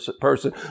person